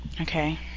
Okay